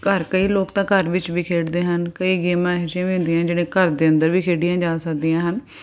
ਘਰ ਕਈ ਲੋਕ ਤਾਂ ਘਰ ਵਿੱਚ ਵੀ ਖੇਡਦੇ ਹਨ ਕਈ ਗੇਮਾਂ ਇਹੋ ਜਿਹੀਆਂ ਵੀ ਹੁੰਦੀਆਂ ਹਨ ਜਿਹੜੀਆਂ ਘਰ ਦੇ ਅੰਦਰ ਵੀ ਖੇਡੀਆਂ ਜਾ ਸਕਦੀਆਂ ਹਨ